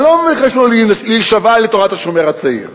אני לא מבקש ממנו להישבע לתורת "השומר הצעיר".